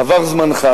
עבר זמנך.